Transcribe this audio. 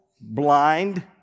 blind